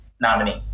nominee